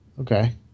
Okay